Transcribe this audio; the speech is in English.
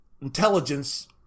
intelligence